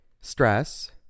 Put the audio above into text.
Stress